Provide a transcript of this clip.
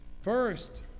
first